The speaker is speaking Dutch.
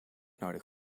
nodig